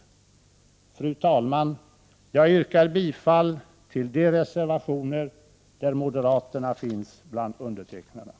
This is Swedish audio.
Fru talman! Jag yrkar bifall till de reservationer där moderaterna finns bland undertecknarna.